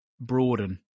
broaden